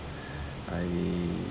I